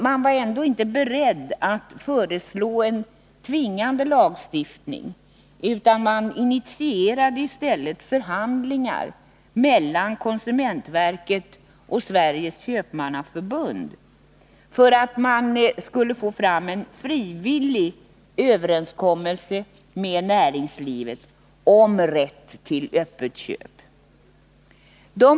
Man var dock inte beredd att föreslå en tvingande lagstiftning utan initierade i stället förhandlingar mellan konsumentverket och Sveriges Köpmannaförbund för att få en frivillig överenskommelse med näringslivet om rätt till öppet köp.